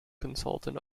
consultant